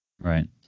right